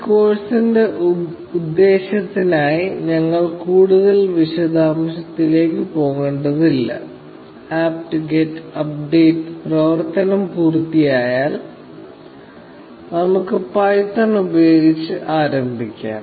ഈ കോഴ്സിന്റെ ഉദ്ദേശ്യത്തിനായി ഞങ്ങൾ കൂടുതൽ വിശദാംശങ്ങളിലേക്ക് പോകേണ്ടതില്ല apt get അപ്ഡേറ്റ് പ്രവർത്തനം പൂർത്തിയായാൽ നമുക്ക് പൈത്തൺ ഉപയോഗിച്ച് ആരംഭിക്കാം